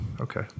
Okay